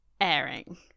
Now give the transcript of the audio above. airing